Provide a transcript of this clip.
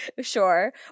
sure